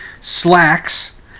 slacks